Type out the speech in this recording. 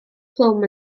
plwm